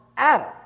Adam